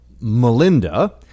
Melinda